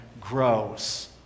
grows